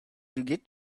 get